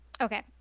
Okay